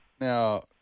now